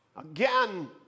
Again